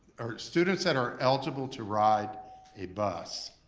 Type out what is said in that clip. or students that are eligible to ride a bus,